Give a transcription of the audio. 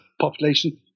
population